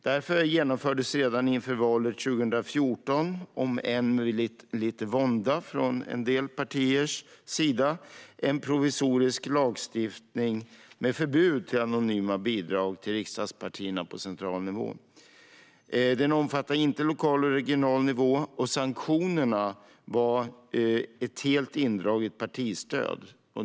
Därför genomfördes redan inför valet 2014, om än med lite vånda från en del partiers sida, en provisorisk lagstiftning om förbud mot anonyma bidrag till riksdagspartierna på central nivå; den omfattade inte regional och lokal nivå. Sanktionerna bestod i ett helt indraget partistöd.